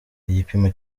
igipimo